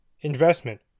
Investment